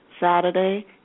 Saturday